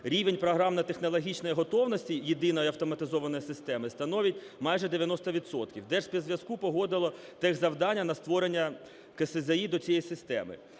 Рівень програмно-технологічної готовності єдиної автоматизованої системи становить майже 90 відсотків. Держспецзв'язку погодило теж завдання на створення КСЗІ до цієї системи.